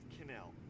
canal